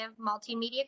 multimedia